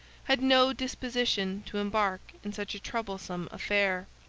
had no disposition to embark in such a troublesome affair.